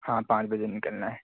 ہاں پانچ بجے نکلنا ہے